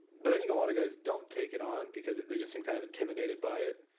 but i think a lot of guys don't take it on because they just seem kind of intimated by it.